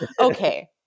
Okay